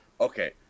okay